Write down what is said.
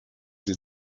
sie